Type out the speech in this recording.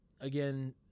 again